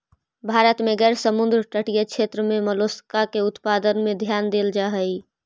भारत में गैर समुद्र तटीय क्षेत्र में मोलस्का के उत्पादन में ध्यान देल जा हई